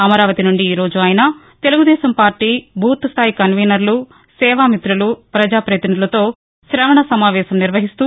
అమరావతి నుండి ఈరోజు ఆయన తెలుగుదేశం పార్లీ బూత్ స్దాయి కన్వీనర్లు సేవామితలు పజా ప్రపతినిధులతో క్రవణ సమావేశం నిర్వహిస్తూ